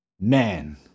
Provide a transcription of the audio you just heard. man